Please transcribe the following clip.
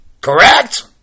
Correct